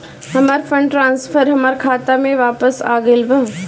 हमर fund transfer हमर खाता में वापस आ गईल बा